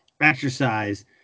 exercise